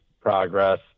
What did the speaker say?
progress